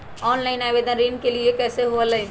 Online आवेदन ऋन के लिए कैसे हुई?